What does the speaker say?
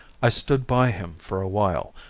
i stood by him for a while,